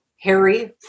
Harry